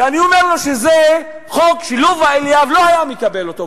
ואני אומר לו שזה חוק שלובה אליאב לא היה מקבל אותו,